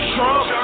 Trump